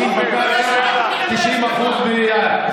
90% בנייה,